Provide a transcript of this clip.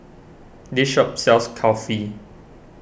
this shop sells Kulfi